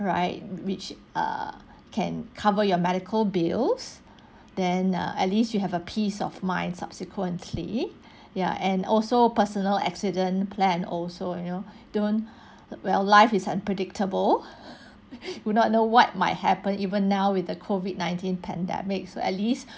right which err can cover your medical bills then uh at least you have a peace of mind subsequently ya and also personal accident plan also you know don't well life is unpredictable would not know what might happen even now with the COVID nineteen pandemic so at least